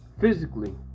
physically